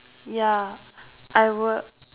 ya I will